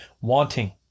wanting